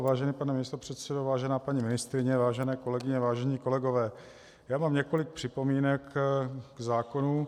Vážený pane místopředsedo, vážená paní ministryně, vážené kolegyně, vážení kolegové, já mám několik připomínek k zákonu.